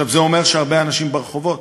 זה אומר שהרבה אנשים ברחובות,